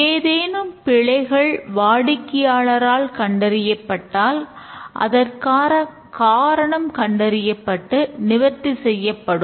ஏதேனும் பிழைகள் வாடிக்கையாளரால் கண்டறியப்பட்டால் அதற்கான காரணம் கண்டறியப்பட்டு நிவர்த்தி செய்யப்படும்